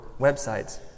websites